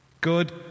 Good